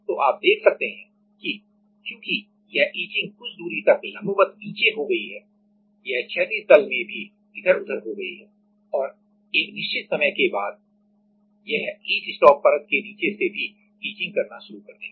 तो आप देख सकते हैं कि चूंकि यह इचिंग कुछ दूरी तक लंबवत नीचे हो गई है यह क्षैतिज तल में भी इधर उधरहो गई है और एक निश्चित समय के बाद यह ईच स्टॉप परत के नीचे से भी इचिंग करना शुरू कर देगा